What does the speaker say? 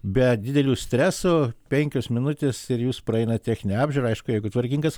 be didelių stresų penkios minutės ir jūs praeinat techninę apžiūrą aišku jeigu tvarkingas